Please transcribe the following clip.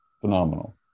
Phenomenal